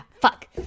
Fuck